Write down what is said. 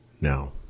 Now